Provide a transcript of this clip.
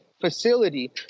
facility